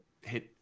hit